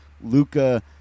luca